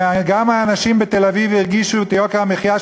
וגם האנשים בתל-אביב הרגישו את יוקר המחיה,